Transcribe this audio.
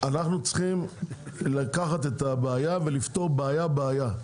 אנחנו צריכים לקחת את הבעיה ולפתור בעיה בעיה.